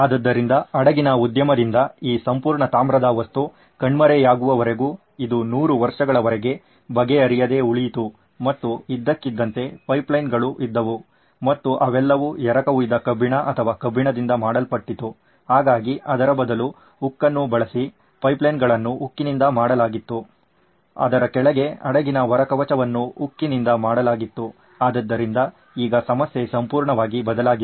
ಆದ್ದರಿಂದ ಹಡಗಿನ ಉದ್ಯಮದಿಂದ ಈ ಸಂಪೂರ್ಣ ತಾಮ್ರದ ವಸ್ತು ಕಣ್ಮರೆಯಾಗುವವರೆಗೂ ಇದು 100 ವರ್ಷಗಳವರೆಗೆ ಬಗೆಹರಿಯದೆ ಉಳಿಯಿತು ಮತ್ತು ಇದ್ದಕ್ಕಿದ್ದಂತೆ ಪೈಪ್ಲೈನ್ಗಳು ಇದ್ದವು ಮತ್ತು ಅವೆಲ್ಲವೂ ಎರಕಹೊಯ್ದ ಕಬ್ಬಿಣ ಅಥವಾ ಕಬ್ಬಿಣದಿಂದ ಮಾಡಲ್ಪಟ್ಟಿತ್ತು ಹಾಗಾಗಿ ಅದರ ಬದಲು ಉಕ್ಕನ್ನು ಬಳಸಿ ಪೈಪ್ಲೈನ್ಗಳನ್ನು ಉಕ್ಕಿನಿಂದ ಮಾಡಲಾಗಿತ್ತು ಅದರ ಕೆಳಗೆ ಹಡಗಿನ ಹೊರ ಕವಚವನ್ನು ಉಕ್ಕಿನಿಂದ ಮಾಡಲಾಗಿತ್ತು ಆದ್ದರಿಂದ ಈಗ ಸಮಸ್ಯೆ ಸಂಪೂರ್ಣವಾಗಿ ಬದಲಾಗಿದೆ